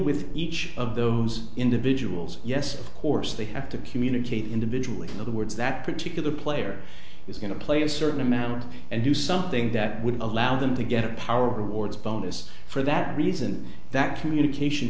with each of those individuals yes of course they have to communicate the individual in other words that particular player is going to play a certain amount and do something that would allow them to get a power wards bonus for that reason that communication